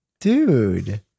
Dude